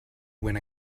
when